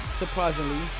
surprisingly